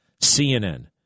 CNN